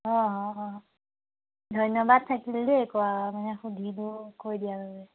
অঁ অঁ অঁ ধন্যবাদ থাকিল দেই কোৱা মানে সুধিলোঁ কৈ দিয়াৰ বাবে